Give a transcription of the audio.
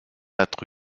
être